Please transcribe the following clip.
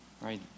Right